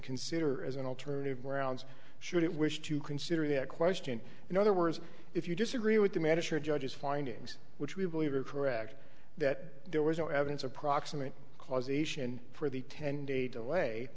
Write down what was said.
consider as an alternative grounds should it wish to consider that question in other words if you disagree with the manager judge's findings which we believe are correct that there was no evidence of proximate causation for the ten da